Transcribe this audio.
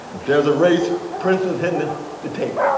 if there's a race princeton's hitting the tape.